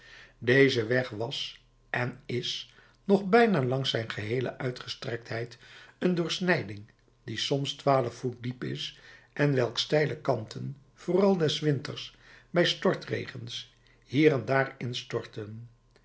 deze weg was en is nog bijna langs zijn geheele uitgestrektheid een doorsnijding die soms twaalf voet diep is en welks steile kanten vooral des winters bij stortregens hier en daar instortten